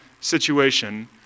situation